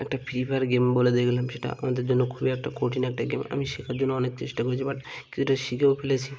একটা free fire game বলে দেখলাম সেটা আমাদের জন্য খুবই একটা কঠিন একটা গেম আমি শেখার জন্য অনেক চেষ্টা করেছি বাট কিছুটা শিখেও ফেলেছি